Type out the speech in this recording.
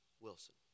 Wilson